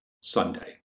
Sunday